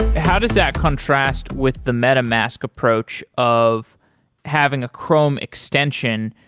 how does that contrast with the metamask approach of having a chrome extension?